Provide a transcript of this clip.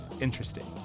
Interesting